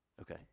okay